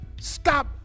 Stop